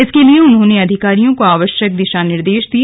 इसके लिए उन्होंने अधिकारियों को आवश्यक दिशा निर्देश दिए